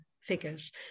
figures